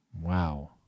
Wow